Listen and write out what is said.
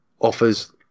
offers